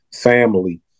family